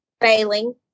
Failing